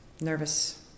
nervous